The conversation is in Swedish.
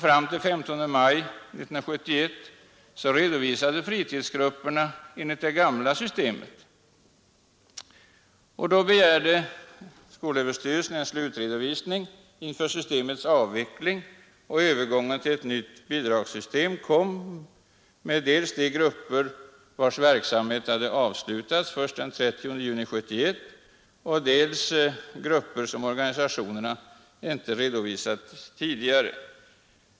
Fram till den 15 maj 1971 redovisade fritidsgrupperna enligt det gamla systemet. Då begärde skolöverstyrelsen en slutredovisning inför systemets avveckling. Övergången till det nya bidragssystemet kom med dels de grupper vilkas verksamhet avslutades den 30 juni 1971, dels grupper som organisationerna inte redovisat för tidigare.